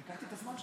לקחתי את הזמן שלך.